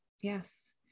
Yes